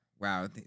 wow